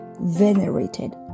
venerated